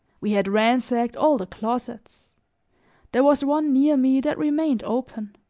we had ransacked all the closets there was one near me that remained open.